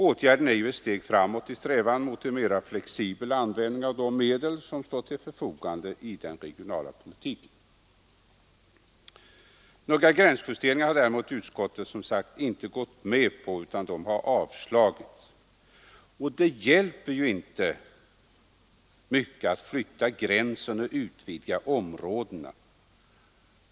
Åtgärden är ett steg framåt i strävan mot en mera flexibel användning av de medel som står till förfogande i den regionala politiken. Några gränsjusteringar har utskottet däremot som sagt inte gått med på att göra, utan samtliga dessa motioner avstyrks. Det hjälper ju inte mycket att flytta gränser och att utvidga områdena.